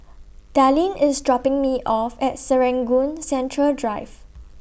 Dallin IS dropping Me off At Serangoon Central Drive